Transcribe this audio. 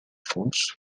force